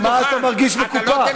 במה אתה מרגיש מקופח?